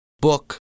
book